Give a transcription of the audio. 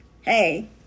Hey